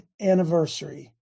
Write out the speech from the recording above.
anniversary